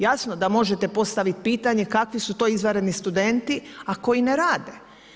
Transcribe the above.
Jasno da možete postaviti pitanje, kakvi su to izvanredni studenti, koji ne rade.